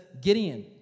Gideon